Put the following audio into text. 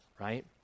right